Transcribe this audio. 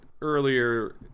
earlier